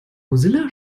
mozilla